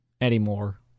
anymore